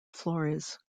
flores